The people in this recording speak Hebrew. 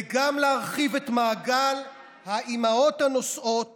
וגם להרחיב את מעגל האימהות הנושאות